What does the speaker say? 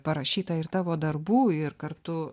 parašyta ir tavo darbų ir kartu